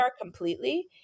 completely